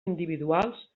individuals